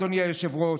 אדוני היושב-ראש,